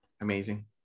Amazing